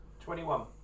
Twenty-one